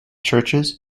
churches